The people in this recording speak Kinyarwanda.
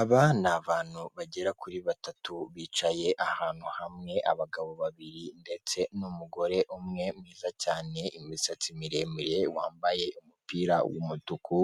Aba ni abantu bagera kuri batatu bicaye ahantu hamwe abagabo babiri ndetse n'umugore umwe mwiza cyane, imisatsi miremire wambaye umupira w'umutuku,